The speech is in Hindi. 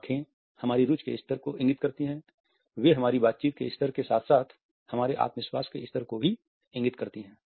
आंखें हमारी रुचि के स्तर को इंगित करती हैं वे हमारी बातचीत के स्तर के साथ साथ हमारे आत्मविश्वास के स्तर को भी इंगित करती हैं